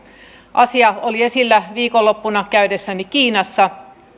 asia oli esillä viikonloppuna käydessäni kiinassa